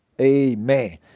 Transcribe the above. Amen